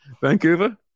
Vancouver